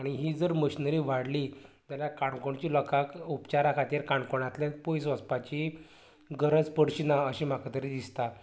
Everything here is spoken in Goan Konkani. आनी ही जर मशिनरी वाडली जाल्यार काणकोणची लोकांक उपचारा खातीर काणकोणांतल्यान पयस वचपाची गरज पडची ना अशी म्हाका तरी दिसता